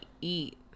eat